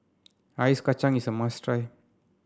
Ice Kachang is a must try